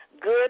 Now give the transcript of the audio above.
Good